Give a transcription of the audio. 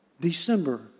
December